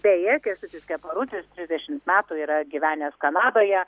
beje kęstutis keparutis trisdešimt metų yra gyvenęs kanadoje